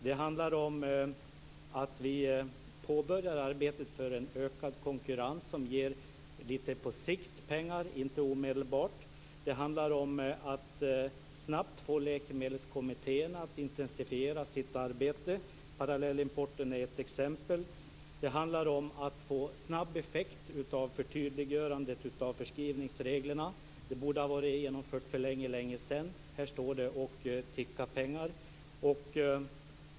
Det handlar vidare om att påbörja arbetet för en ökad konkurrens som ger pengar på sikt, inte omedelbart. Det handlar om att snabbt få Läkemedelskommittén att intensifiera sitt arbete. Parallellimporten är ett exempel. Dessutom handlar det om att få snabb effekt av förtydliggörandet av förskrivningsreglerna. Det borde ha genomförts för länge sedan, för här står det och tickar och pengarna rinner i väg.